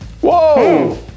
Whoa